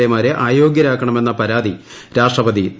A മാ്രെ അയോഗ്യരാക്കണമെന്ന പരാതി രാഷ്ട്രപതി തളളി